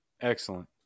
Excellent